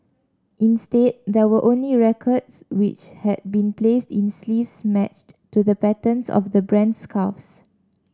instead there were only records which had been placed in sleeves matched to the patterns of the brand's scarves